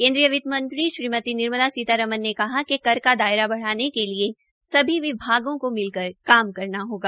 केन्द्रीय वित्तमंत्री श्रीमती निर्मला सीतारमन ने कहा कि कर का दायरा बढ़ाने के लिये सभी विभागों को मिलकर काम करना होगा